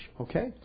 Okay